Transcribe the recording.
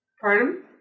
Pardon